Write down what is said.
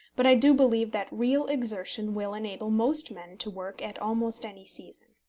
but i do believe that real exertion will enable most men to work at almost any season.